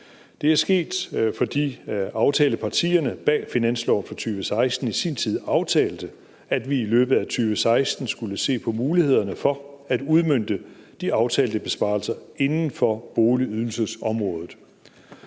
Det er sket, fordi aftalepartierne bag finansloven for 2016 i sin tid aftalte, at vi i løbet af 2016 skulle se på mulighederne for at udmønte de aftalte besparelser inden for boligydelsesområdet.